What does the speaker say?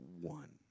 one